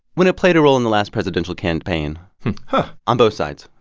when it played a role in the last presidential campaign on both sides.